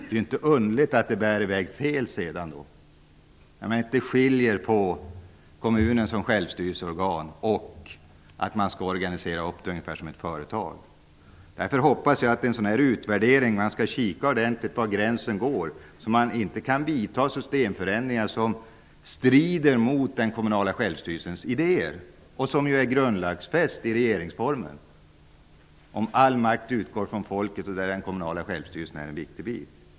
Det är inte underligt att det bär i väg åt fel håll när man inte ser på kommunen som självstyrelseorgan utan tror att man skall organisera den ungefär som ett företag. Därför hoppas jag att man i en sådan här utvärdering kikar ordentligt på var gränsen går, så att det inte går att vidta systemförändringar som strider mot den kommunala självstyrelsens idéer. De är ju grundlagsfästa i regeringsformen. Där står det att all makt utgår från folket, och där är den kommunala självstyrelsen en viktig bit.